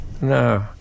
No